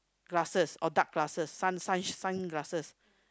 glasses or dark glasses sun sun glasses